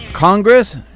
Congress